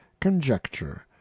conjecture